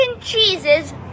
cheeses